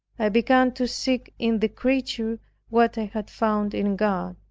i began to seek in the creature what i had found in god.